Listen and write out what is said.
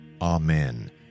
Amen